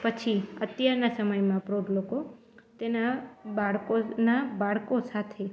પછી અત્યારનાં સમયમાં પ્રૌઢ લોકો તેનાં બાળકોનાં બાળકો સાથે